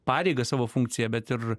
pareigą savo funkciją bet ir